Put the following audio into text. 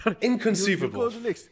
Inconceivable